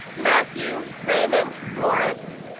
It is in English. matthew raymond morris